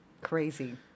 crazy